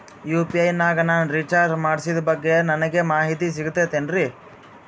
UPI ನಾಗ ನಾನು recharge ಮಾಡಿಸಿದ ಬಗ್ಗೆ ನನಗೆ ಮಾಹಿತಿ ಸಿಗುತೇನ್ರೀ?